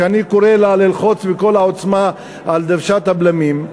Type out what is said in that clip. שאני קורא לה ללחוץ בכל העוצמה על דוושת הבלמים,